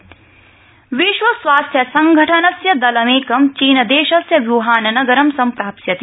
China Wuhan विश्व स्वास्थ्य संघटनस्य दलमेकं चीनदेशस्य वुहान नगरं संप्राप्स्यति